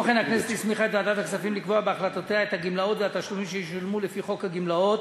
אני קובע כי המליאה אישרה את החלטת ועדת הכספים בדבר צו מס ערך מוסף